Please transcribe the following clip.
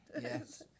Yes